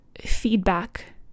feedback